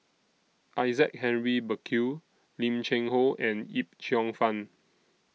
Isaac Henry Burkill Lim Cheng Hoe and Yip Cheong Fun